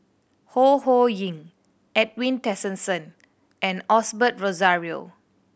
Ho Ho Ying Edwin Tessensohn and Osbert Rozario